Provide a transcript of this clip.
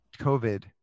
covid